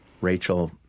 Rachel